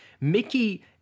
Mickey